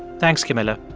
thanks, camilla